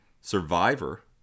Survivor